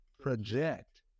project